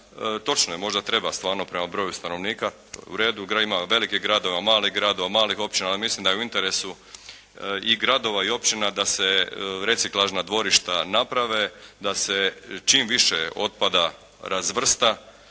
točno je možda treba stvarno prema broju stanovnika. U redu, ima velikih gradova, malih gradova, malih općina. Ali mislim da je u interesu i gradova i općina da se reciklažna dvorišta naprave, da se čim više otpada razvrsta.